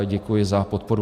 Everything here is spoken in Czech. Děkuji za podporu.